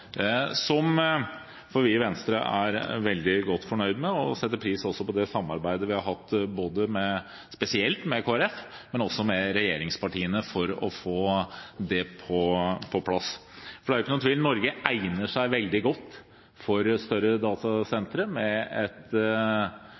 vi i Venstre er veldig godt fornøyd med. Vi setter også pris på det samarbeidet vi har hatt, spesielt med Kristelig Folkeparti, men også med regjeringspartiene, for å få det på plass. Det er ikke noen tvil om at Norge egner seg veldig godt for større